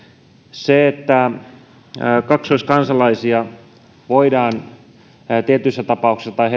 se pitää pystyä estämään että kaksoiskansalaisia voidaan tietyissä tapauksissa tai